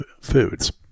foods